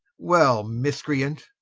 well miscreant,